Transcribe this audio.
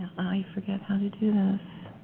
i forget how to do this.